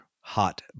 hot